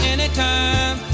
Anytime